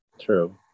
True